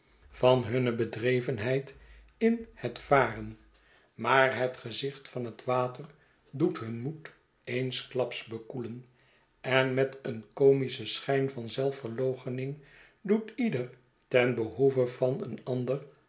van hunne bedrevenheid in het varen maar het gezicht van het water doet hun moed eensklaps bekoelen en met een comischen schijn van zelfverloochening doet ieder tenbehoeve van een ander